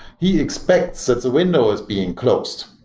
he expects that the window is being closed.